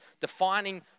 defining